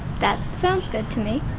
that sounds good to me.